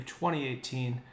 2018